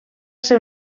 ser